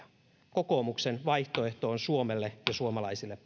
kokoomuksen vaihtoehto on suomelle ja suomalaisille